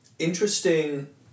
interesting